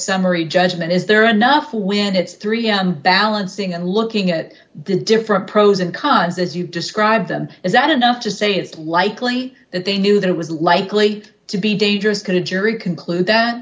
summary judgment is there and nuff when it's three unbalancing and looking at the different pros and cons as you describe them is that enough to say it's likely that they knew that it was likely to be dangerous can a jury conclude th